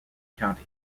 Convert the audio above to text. county